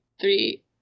three